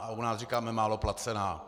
A u nás říkáme málo placená.